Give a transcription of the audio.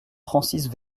francis